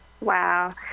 Wow